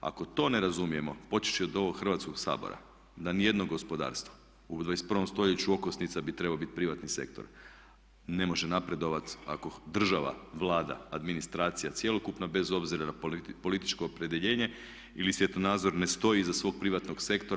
Ako to ne razumijemo počevši od ovog Hrvatskog sabora da ni jedno gospodarstvo u 21. stoljeću okosnica bi trebao biti privatni sektor ne može napredovati ako država, Vlada, administracija, cjelokupna bez obzira na političko opredjeljenje ili svjetonazor ne stoji iza svog privatnog sektora.